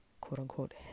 quote-unquote